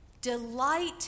Delight